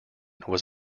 was